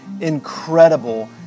incredible